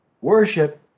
worship